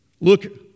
Look